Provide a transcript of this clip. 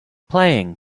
playing